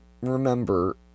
remember